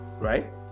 right